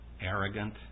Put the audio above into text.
arrogant